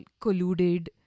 colluded